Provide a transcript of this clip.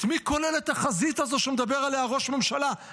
את מי כוללת החזית הזו שראש הממשלה מדבר עליה?